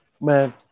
Man